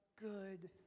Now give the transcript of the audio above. good